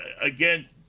again